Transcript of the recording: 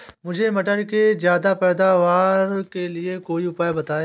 मुझे मटर के ज्यादा पैदावार के लिए कोई उपाय बताए?